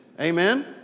Amen